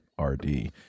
RD